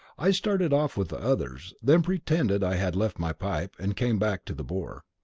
i started off with the others, then pretended i had left my pipe, and came back to the boar.